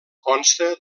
consta